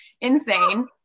Insane